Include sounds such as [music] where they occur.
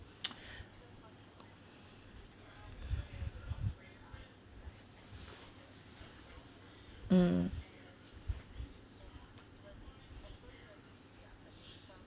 [noise] [breath] mm